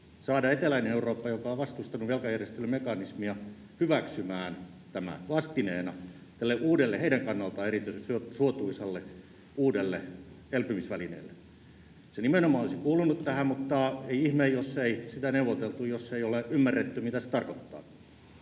saada eteläinen Eurooppa, joka on vastustanut velkajärjestelymekanismia, hyväksymään tämän vastineena tälle heidän kannaltaan erityisen suotuisalle uudelle elpymisvälineelle. Se nimenomaan olisi kuulunut tähän, mutta ei ihme, jos ei sitä neuvoteltu, jos ei ole ymmärretty, mitä se tarkoittaa.